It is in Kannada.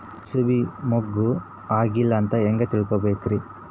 ಕೂಸಬಿ ಮುಗ್ಗ ಆಗಿಲ್ಲಾ ಅಂತ ಹೆಂಗ್ ತಿಳಕೋಬೇಕ್ರಿ?